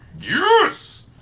Yes